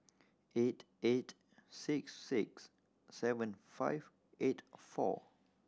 eight eight six six seven five eight four